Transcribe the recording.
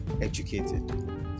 educated